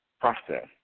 process